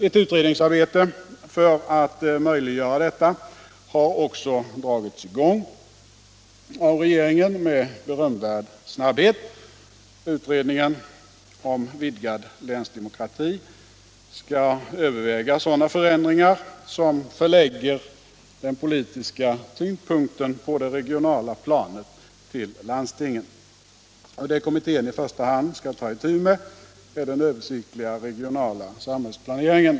Ett ut redningsarbete för att möjliggöra detta har också dragits i gång av regeringen med berömvärd snabbhet. Utredningen om vidgad länsdemokrati skall överväga sådana förändringar som förlägger den politiska tyngdpunkten på det regionala planet till landstingen. Det kommittén i första hand skall ta itu med är den översiktliga regionala samhällsplaneringen.